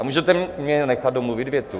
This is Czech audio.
Můžete mě nechat domluvit větu?